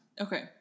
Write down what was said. okay